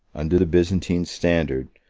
under the byzantine standard,